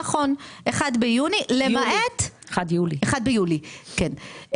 1 ביולי, נכון.